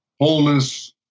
wholeness